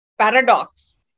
paradox